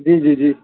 جی جی